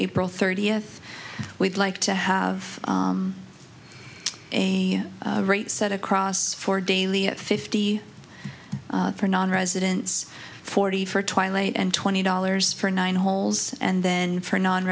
april thirtieth we'd like to have a rate set across for daily at fifty for nonresidents forty for twilight and twenty dollars for nine holes and then for non